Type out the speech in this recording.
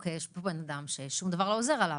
הרי יש פה אדם ששום דבר לא עוזר לו,